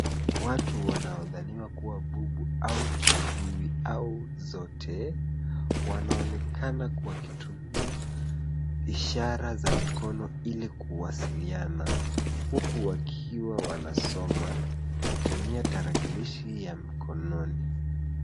Watu wanaodhaniwa kuwa bubu au kiziwi au zote wanaonekana wakitumia ishara za mikono ili kuwasiliana huku wakiwa wanasoma kutumia tarakilishi ya mkononi.